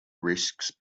risks